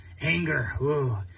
anger